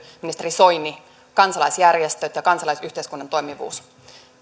ministeri soini kansalaisjärjestöt ja kansalaisyhteiskunnan toimivuus